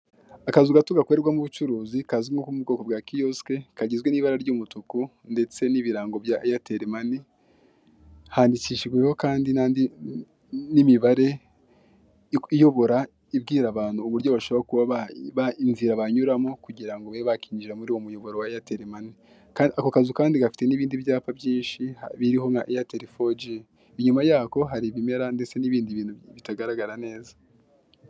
Akazu gato gakorerwamo ubucuruzi kazwi mu bwoko bwa kiyosiki kagizwe n'ibara ry'umutuku ndetse n'ibirango bya airtel money, handikishijweho kandi n'andi n'imibareyobora ibwira abantu uburyo bashobora kubaba inzira banyuramo kugirango babe bakinjira muri uwo muyoboro wa airtel money. Ako kazu kandi gafite n'ibindi byapa byinshi biriho na airtel four G, inyuma yako hari ibimera ndetse n'ibindi bintu bitagaragara neza.